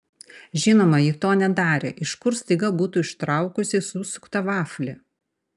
žinoma ji to nedarė iš kur staiga būtų ištraukusi susuktą vaflį